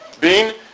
Ben